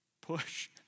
push